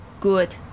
good